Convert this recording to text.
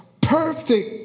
perfect